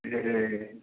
ए